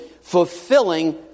fulfilling